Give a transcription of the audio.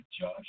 Josh